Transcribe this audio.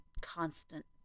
constant